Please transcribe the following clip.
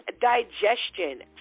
digestion